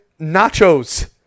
nachos